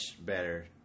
better